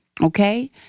Okay